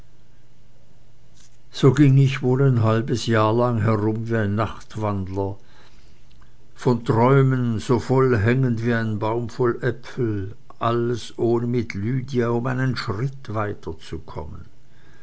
so ging ich wohl ein halbes jahr lang herum wie ein nachtwandler von träumen so voll hängend wie ein baum voll äpfel alles ohne mit lydia um einen schritt weiter